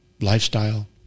lifestyle